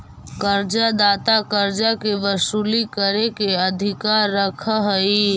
कर्जा दाता कर्जा के वसूली करे के अधिकार रखऽ हई